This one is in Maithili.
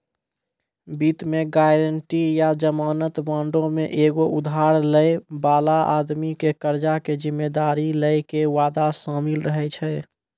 वित्त मे गायरंटी या जमानत बांडो मे एगो उधार लै बाला आदमी के कर्जा के जिम्मेदारी लै के वादा शामिल रहै छै